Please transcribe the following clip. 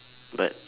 but